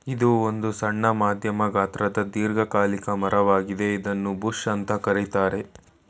ಇದು ಒಂದು ಸಣ್ಣ ಮಧ್ಯಮ ಗಾತ್ರದ ದೀರ್ಘಕಾಲಿಕ ಮರ ವಾಗಿದೆ ಇದನ್ನೂ ಬುಷ್ ಅಂತ ಕರೀತಾರೆ